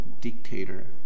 dictator